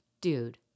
dude